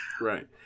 Right